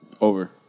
Over